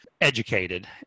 educated